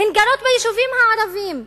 הן גרות ביישובים הערביים,